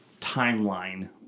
timeline